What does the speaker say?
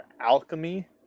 alchemy